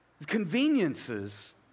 conveniences